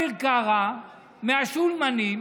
בא אביר קארה מהשולמנים,